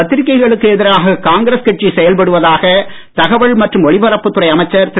பத்திரிகைகளுக்கு எதிராக காங்கிரஸ் கட்சி செயல்படுவதாக தகவல் மற்றும் ஒலிபரப்புத் துறை அமைச்சர் திரு